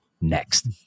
next